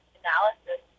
analysis